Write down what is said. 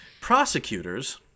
prosecutors